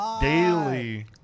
daily